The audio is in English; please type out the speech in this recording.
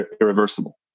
irreversible